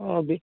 অ